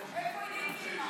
איפה עידית סילמן,